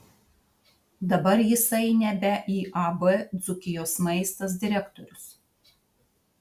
dabar jisai nebe iab dzūkijos maistas direktorius